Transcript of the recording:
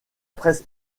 presse